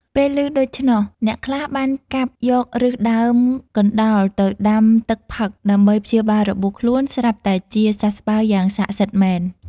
ពេលឮដូច្នោះ អ្នកខ្លះបានកាប់យកឫសដើមកណ្ដោលទៅដាំទឹកផឹកដើម្បីព្យាបាលរបួសខ្លួន ស្រាប់តែជាសះស្បើយយ៉ាងសក្ដិសិទ្ធិមែន។